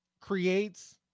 creates